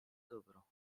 dobro